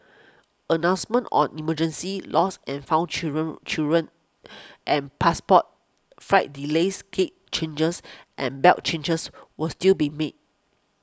announcements on emergencies lost and found children children and passports flight delays gate changes and belt changes will still be made